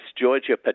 Georgia